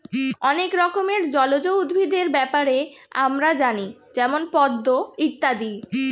অনেক রকমের জলজ উদ্ভিদের ব্যাপারে আমরা জানি যেমন পদ্ম ইত্যাদি